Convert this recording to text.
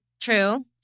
True